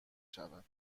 شود